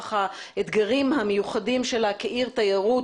ולנוכח האתגרים המיוחדים שלה כעיר תיירות